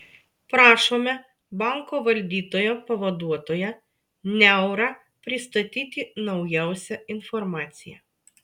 prašome banko valdytojo pavaduotoją niaurą pristatyti naujausią informaciją